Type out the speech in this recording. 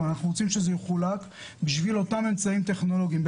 אבל אנחנו רוצים שזה יחולק בשביל אותם אמצעים טכנולוגיים,